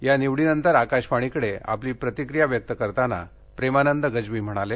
या निवडीनंतर आकाशवाणीकडे आपली प्रतिक्रिया व्यक्त करताना प्रेमानंद गज्वी म्हणाले